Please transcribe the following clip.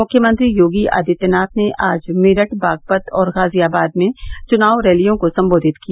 मुख्यमंत्री योगी आदित्यनाथ ने आज मेरठ बागपत और गाजियाबाद में चुनाव रैलियों को संबोधित किया